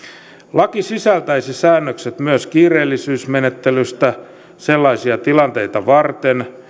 laki sisältäisi säännökset myös kiireellisyysmenettelystä sellaisia tilanteita varten